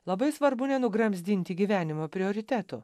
labai svarbu nenugramzdinti gyvenimo prioritetų